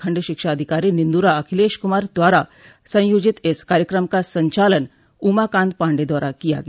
खंड शिक्षा अधिकारी निन्दूरा अखिलेश कुमार द्वारा संयोजित इस कार्यक्रम का संचालन उमाकांत पाण्डेय द्वारा किया गया